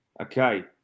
Okay